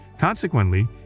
Consequently